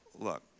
look